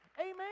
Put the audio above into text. amen